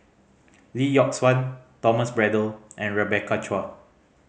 Lee Yock Suan Thomas Braddell and Rebecca Chua